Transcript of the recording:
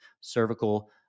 cervical